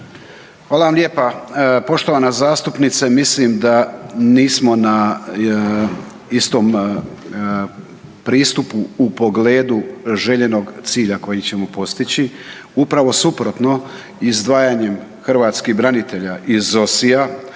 Hvala vam lijepa. Poštovana zastupnice, mislim da nismo na istom pristupu u pogledu željenog cilja koji ćemo postići. Upravo suprotno, izdavanjem hrvatskih branitelja iz ZOSI-ja,